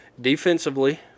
Defensively